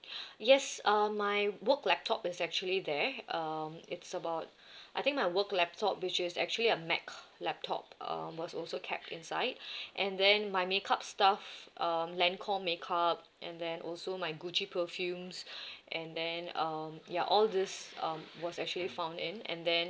yes uh my work laptop is actually there um it's about I think my work laptop which is actually a mac laptop um was also kept inside and then my makeup stuff um lancome makeup and then also my gucci perfumes and then um ya all this um was actually found in and then